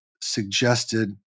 suggested